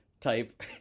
type